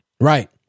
Right